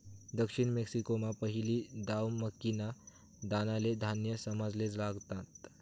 दक्षिण मेक्सिकोमा पहिली दाव मक्कीना दानाले धान्य समजाले लागनात